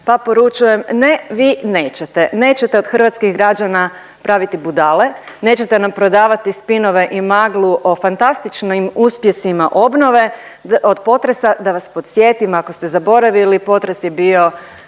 pa poručujem, ne, vi nećete, nećete od hrvatskih građana praviti budale, nećete nam prodavati spinove i maglu o fantastičnim uspjesima obnove od potresa. Da vas podsjetim, ako ste zaboravili, potres je bio